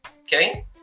okay